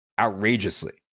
outrageously